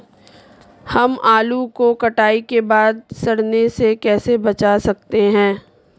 हम आलू को कटाई के बाद सड़ने से कैसे बचा सकते हैं?